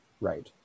right